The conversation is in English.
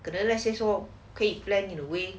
可能 let's say 说可以 plan in a way